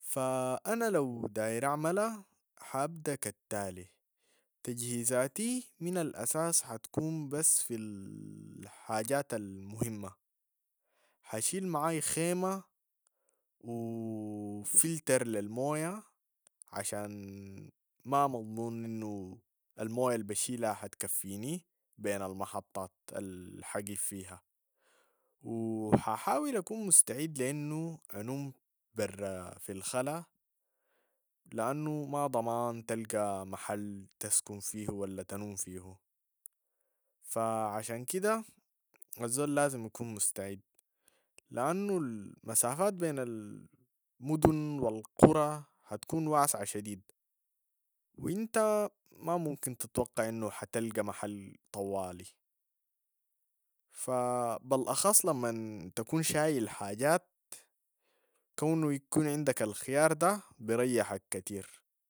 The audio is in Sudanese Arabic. فأنا لو داير اعملها حابد كالتالي تجهيزاتي من الأساس حتكون بس في الحاجات المهمة، حشيل معاي خيمة و- فلتر للموية عشان ما مضمون انو الموية البشيلها حتكفيني بين المحطات الحقيف فيها و- ححاول اكون مستعيد لانو انوم برا في الخلا، لانو ما ضمان تلقى محل تسكن فيهو و لا تنوم فيهو، ف- عشان كده الزول لازم يكون مستعيد، لانو المسافات بين ال- مدن و القرى حتكون و اسعة شديد و انت ما ممكن تتوقع انو حتلقى محل طوالي، ف- بالاخص لما تكون شايل حاجات كونو يكون عندك الخيار ده بريحك كتير.